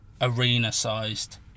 arena-sized